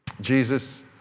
Jesus